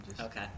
Okay